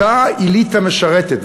אותה אליטה משרתת,